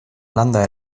landa